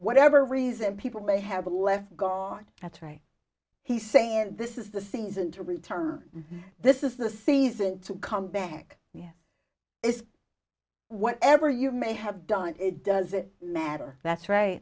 whatever reason people they have all left gone that's right he's saying this is the season to return this is the season to come back yes it's whatever you may have done it does it matter that's right